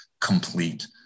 complete